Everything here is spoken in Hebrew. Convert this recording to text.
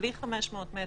בלי 500 מטרים.